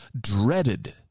dreaded